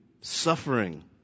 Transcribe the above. suffering